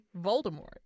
Voldemort